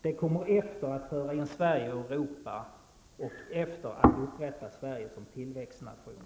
Det kommer efter att föra in Sverige i Europa och efter att återupprätta Sverige som tillväxtnation.